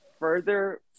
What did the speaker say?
further